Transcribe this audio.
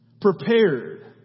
prepared